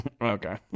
okay